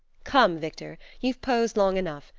come, victor you've posed long enough.